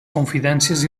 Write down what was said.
confidències